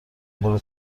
برو